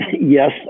Yes